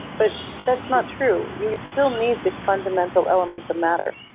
but that's not true. you still need the fundamental elements of matter.